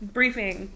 Briefing